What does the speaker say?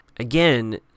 Again